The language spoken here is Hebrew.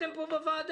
התחייבתם פה בוועדה.